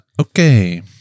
okay